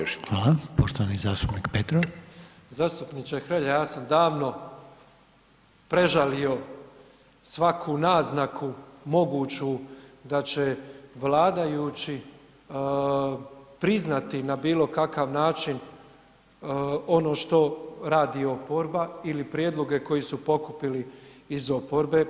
Zastupniče Hrelja ja sam davno prežalio svaku naznaku moguću da će vladajući priznati na bilo kakav način ono što radi oporba ili prijedloge koje su pokupili iz oporbe.